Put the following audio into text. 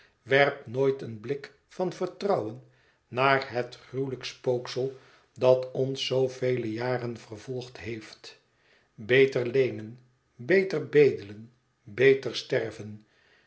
werp nooit een blik van vertrouwen naar het gruwelijk spooksel dat ons zoovele jaren vervolgd heeft beter leenen beter bedelen beter sterven